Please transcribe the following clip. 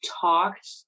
talked